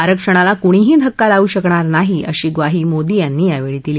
आरक्षणाला कृणीही धक्का लावू शकणार नाही अशी ग्वाही मोदी यांनी यावळी दिली